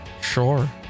sure